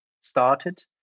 started